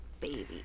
Baby